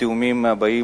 התיאומים הבאים,